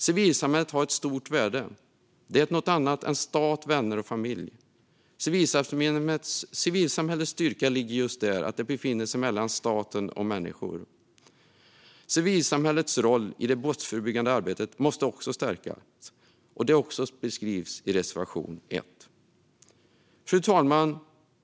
Civilsamhället har ett stort värde. Det är något annat än stat, vänner och familj. Civilsamhällets styrka ligger just där: Det befinner sig mellan staten och människorna. Civilsamhällets roll i det brottsförebyggande arbetet måste stärkas, vilket också beskrivs i reservation 1. Fru talman!